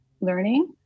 learning